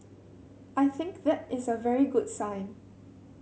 I think that is a very good sign